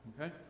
Okay